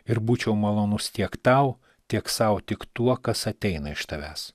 ir būčiau malonus tiek tau tiek sau tik tuo kas ateina iš tavęs